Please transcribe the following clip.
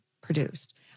produced